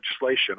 legislation